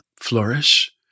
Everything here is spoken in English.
flourish